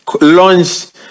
launched